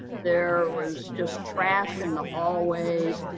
there was just trash in the hallways,